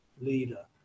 leader